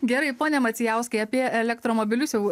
gerai pone macijauskai apie elektromobilius jau